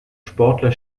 sportler